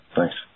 Thanks